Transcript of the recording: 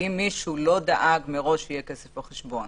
ואם מישהו לא דאג מראש שיהיה כסף בחשבון